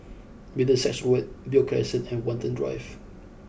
Middlesex Road Beo Crescent and Watten Drive